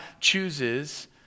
chooses